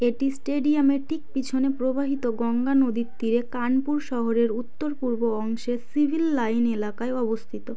এটি স্টেডিয়ামের ঠিক পিছনে প্রবাহিত গঙ্গা নদীর তীরে কানপুর শহরের উত্তর পূর্ব অংশে সিভিল লাইন এলাকায় অবস্থিত